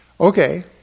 Okay